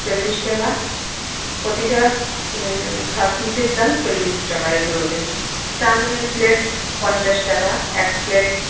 চল্লিশ টাকা প্রতিটা পিসের দাম চল্লিশ টাকা এগরোলের চাউমিনের প্লেট পঞ্চাশ টাকা এক প্লেট